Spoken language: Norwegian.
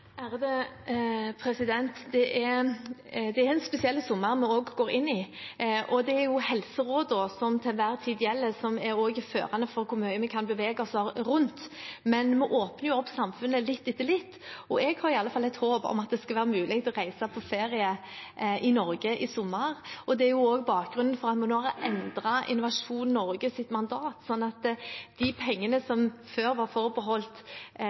Det er en spesiell sommer vi går inn i. Det er helserådene som til enhver tid gjelder, som også er førende for hvor mye vi kan bevege oss rundt omkring, men vi åpner opp samfunnet litt etter litt. Jeg har i alle fall et håp om at det skal være mulig å reise på ferie i Norge i sommer. Det er også bakgrunnen for at vi nå har endret Innovasjon Norges mandat, slik at de pengene som før var forbeholdt